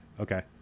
okay